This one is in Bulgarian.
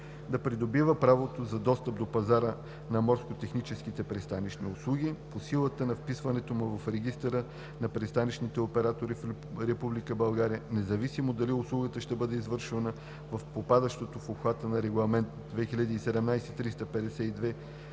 да придобива правото на достъп до пазара на морско-техническите пристанищни услуги по силата на вписването му в Регистъра на пристанищните оператори в Република България, независимо дали услугата ще бъде извършвана в попадащо в обхвата на Регламент (ЕС) 2017/352